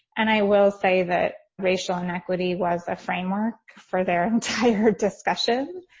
and i will say that racial inequity was a framework for their entire discussion.